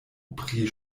pri